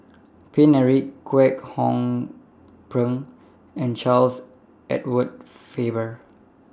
Paine Eric Kwek Hong Png and Charles Edward Faber